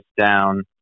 down